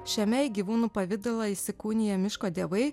šiame į gyvūnų pavidalą įsikūnija miško dievai